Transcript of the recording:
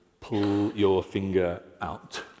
pull-your-finger-out